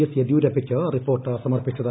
S യെദ്യൂരപ്പയ്ക്ക് report സമർപ്പിച്ചത്